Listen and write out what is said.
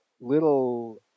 little